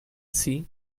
see